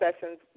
sessions